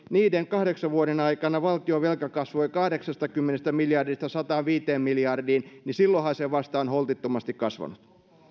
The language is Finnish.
niiden kahdeksan vuoden aikana valtionvelka kasvoi kahdeksastakymmenestä miljardista sataanviiteen miljardiin niin silloinhan se vasta on holtittomasti kasvanut